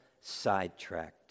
sidetracked